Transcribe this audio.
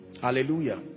Hallelujah